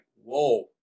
whoa